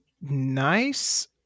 nice